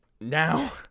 Now